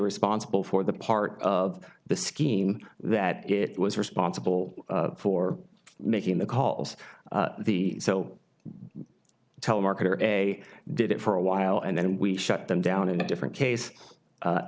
responsible for the part of the scheme that it was responsible for making the calls the so telemarketer a did it for a while and then we shut them down in a different case